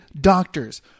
doctors